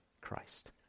Christ